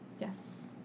Yes